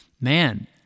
man